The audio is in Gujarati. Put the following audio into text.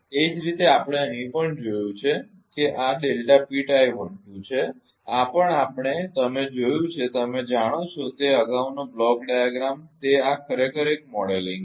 તે જ રીતે આપણે અહીં પણ જોયું છે કે આ છે આ પણ આપણે તમે જોયું છે તમે જાણો છો તે અગાઉનો બ્લોક ડાયાગ્રામ કે આ ખરેખર એક મોડેલિંગ છે